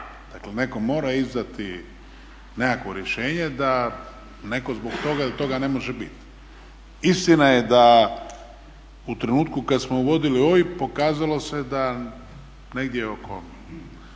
Dakle, netko mora izdati nekakvo rješenje da netko zbog toga i toga ne može biti. Istina je da u trenutku kad smo uvodili OIB pokazalo se da negdje oko